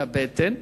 מהבטן,